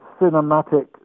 cinematic